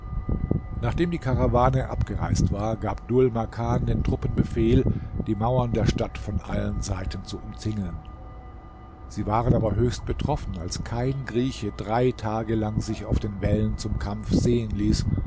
nachdem die karawane abgereist war gab dhul makan den truppen befehl die mauern der stadt von allen seiten zu umzingeln sie waren aber höchst betroffen als kein grieche drei tage lang sich auf den wällen zum kampf sehen ließ